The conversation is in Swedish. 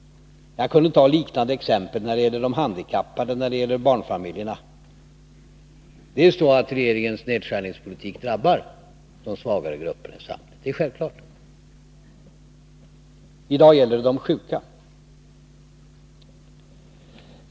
Jag kunde ta liknande exempel när det gäller de handikappade och när det gäller barnfamiljerna. Regeringens nedskärningspolitik drabbar de svagare grupperna i samhället. I dag gäller det de sjuka.